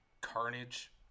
Carnage